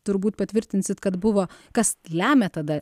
turbūt patvirtinsit kad buvo kas lemia tada